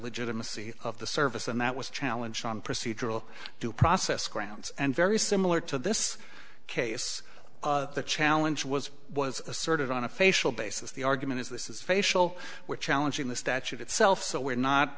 legitimacy of the service and that was challenged on procedural due process grounds and very similar to this case the challenge was was asserted on a facial basis the argument is this is facial we're challenging the statute itself so we're not